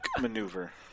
maneuver